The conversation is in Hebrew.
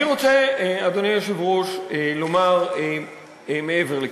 אני רוצה, אדוני היושב-ראש, לומר מעבר לכך.